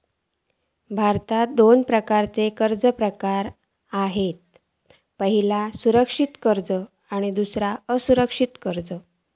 भारतात दोन प्रकारचे कर्ज प्रकार होत पह्यला सुरक्षित कर्ज दुसरा असुरक्षित कर्ज